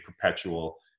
perpetual